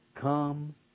come